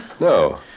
No